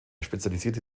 spezialisierte